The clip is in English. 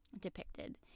depicted